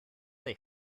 they